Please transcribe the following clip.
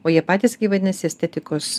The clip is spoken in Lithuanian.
o jie patys gi vadinasi estetikos